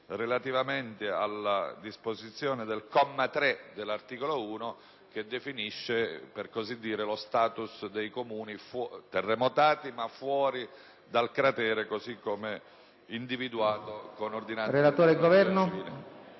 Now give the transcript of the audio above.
relativamente alla disposizione del comma 3 dell'articolo 1, che definisce, per così dire, lo *status* dei Comuni terremotati, ma fuori dal cratere sismico così come individuato con ordinanza della